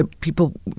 people